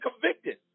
convicted